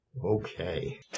okay